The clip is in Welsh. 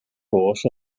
goll